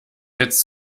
jetzt